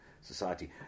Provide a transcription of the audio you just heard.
society